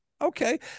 okay